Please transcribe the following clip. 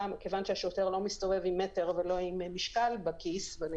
השוטר לא מסתובב עם מטר ולא עם משקל בניידת,